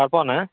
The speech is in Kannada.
ಅಫೋನಾ